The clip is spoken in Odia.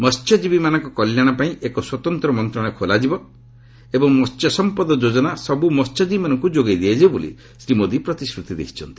ମହ୍ୟଜୀବୀମାନଙ୍କ କଲ୍ୟାଣ ପାଇଁ ଏକ ସ୍ୱତନ୍ତ୍ର ମନ୍ତ୍ରଣାଳୟ ଖୋଲାଯିବ ଏବଂ ମହ୍ୟସମ୍ପଦ ଯୋଜନା ସବୁ ମହ୍ୟଜୀବୀମାନଙ୍କୁ ଯୋଗାଇ ଦିଆଯିବ ବୋଲି ଶ୍ରୀ ମୋଦି ପ୍ରତିଶ୍ରୁତି ଦେଇଛନ୍ତି